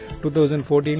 2014